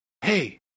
Hey